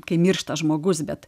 kai miršta žmogus bet